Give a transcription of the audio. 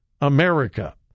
America